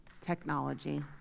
technology